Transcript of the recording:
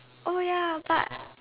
oh ya but